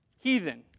heathen